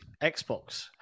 Xbox